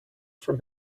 from